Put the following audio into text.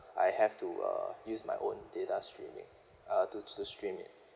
I have to uh use my own data streaming uh to to stream it